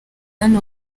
hano